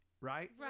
right